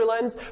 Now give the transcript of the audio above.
lens